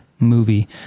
movie